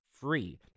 free